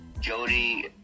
Jody